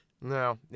No